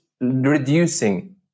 reducing